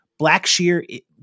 Blackshear